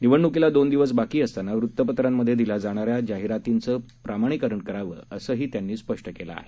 निवडणुकीलादोनदिवसबाकीअसतानावृत्तपत्रांमध्येदिल्याजाणाऱ्याजाहिरातींचंहीप्रमाणीकरणकरावं असंहीत्यांनीस्पष्टकेलंआहे